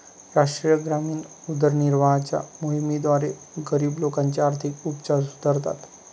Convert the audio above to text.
राष्ट्रीय ग्रामीण उदरनिर्वाहाच्या मोहिमेद्वारे, गरीब लोकांचे आर्थिक उपचार सुधारतात